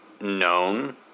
known